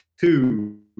two